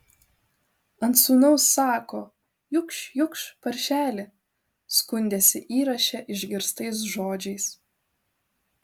ant sūnaus sako jukš jukš paršeli skundėsi įraše išgirstais žodžiais